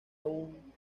aún